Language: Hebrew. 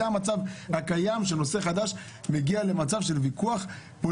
זה המצב הקיים של נושא חדש,